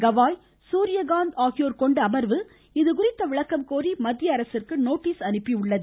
கவாய் சூரியகாந்த் ஆகியோர் கொண்ட அமர்வு இதுகுறித்த விளக்கம் கோரி மத்திய அரசிற்கு நோட்டீஸ் அனுப்பி உள்ளது